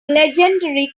legendary